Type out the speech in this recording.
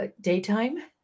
daytime